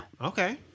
Okay